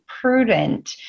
prudent